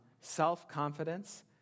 self-confidence